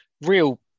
Real